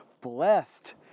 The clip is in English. Blessed